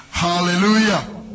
Hallelujah